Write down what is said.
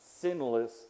sinless